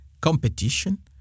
Competition